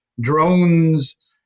Drones